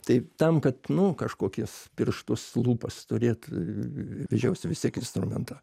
tai tam kad nu kažkokias pirštus lūpas turėt vežiausi vis tiek instrumentą